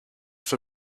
for